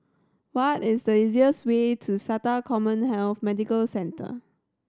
what is the easiest way to SATA CommHealth Medical Centre